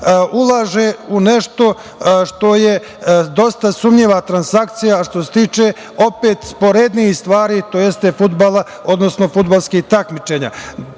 ulaže u nešto što je dosta sumnjiva transakcija što se tiče opet sporednijih stvari, tj. fudbala, odnosno fudbalskih takmičenja.